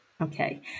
okay